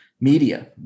media